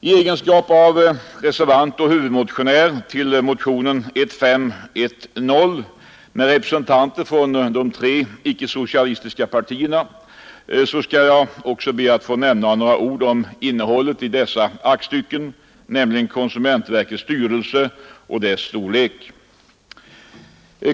I egenskap av reservant och huvudmotionär till motionen 1510 av representanter från de tre icke-socialistiska partierna skall jag också be att få nämna några ord om innehållet i dessa aktstycken, nämligen konsumentverkets styrelse och dess storlek.